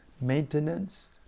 maintenance